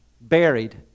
buried